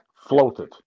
floated